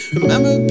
Remember